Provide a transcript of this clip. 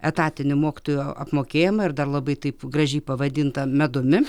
etatinį mokytojų apmokėjimą ir dar labai taip gražiai pavadinta medumi